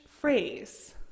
phrase